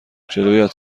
جلویت